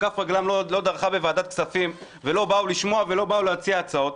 שכף רגלם לא דרכה בוועדת הכספים ולא באו לשמוע ולא באו להציע הצעות.